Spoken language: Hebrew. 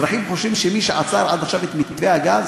אזרחים חושבים שמי שעשה עד עכשיו את מתווה הגז